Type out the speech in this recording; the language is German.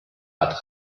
bad